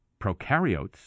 prokaryotes